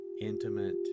intimate